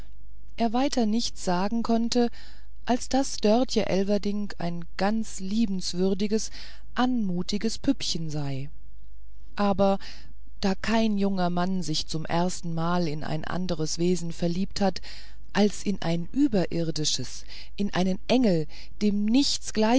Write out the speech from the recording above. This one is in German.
er weiter nichts sagen konnte als daß dörtje elverdink ein ganz liebenswürdiges anmutiges püppchen sei da aber kein junger mann sich zum erstenmal in ein anderes wesen verliebt hat als in ein überirdisches in einen engel dem nichts